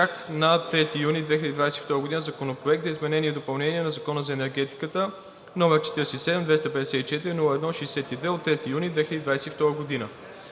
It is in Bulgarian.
на 3 юни 2022 г. Законопроект за изменение и допълнение на Закона за енергетиката, № 47-254-01-62, от 3 юни 2022 г.